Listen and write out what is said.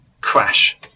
crash